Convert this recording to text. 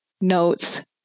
notes